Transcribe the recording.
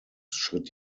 schritt